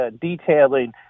detailing